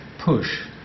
push